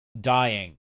dying